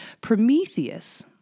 Prometheus